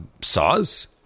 saws